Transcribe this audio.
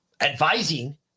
advising